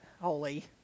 holy